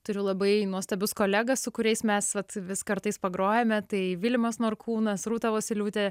turiu labai nuostabius kolegas su kuriais mes vat vis kartais pagrojame tai vilimas norkūnas rūta vosyliūtė